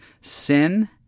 sin